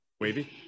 wavy